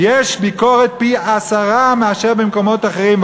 יש ביקורת פי-עשרה מאשר במקומות אחרים.